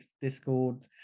Discord